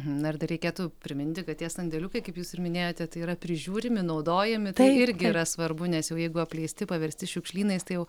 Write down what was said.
na ir dar reikėtų priminti kad tie sandėliukai kaip jūs ir minėjote tai yra prižiūrimi naudojami tai irgi yra svarbu nes jau jeigu apleisti paversti šiukšlynais tai jau